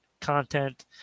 content